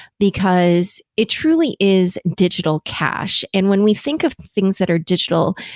because it truly is digital cash. and when we think of things that are digital,